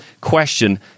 question